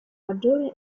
maggiore